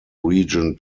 region